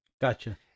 Gotcha